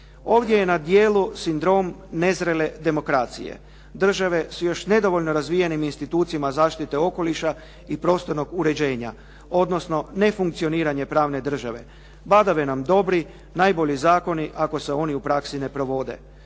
Ovdje je na dijelu sindrom nezrele demokracije. Države s još nedovoljno razvijenim institucijama zaštite okoliša i prostornog uređenja, odnosno nefunkcioniranje pravne države. Badave nam dobri najbolji zakoni ako se oni u praksi ne provode.